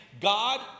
God